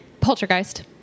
Poltergeist